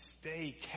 stay